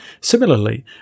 Similarly